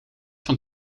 van